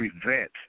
prevent